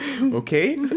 Okay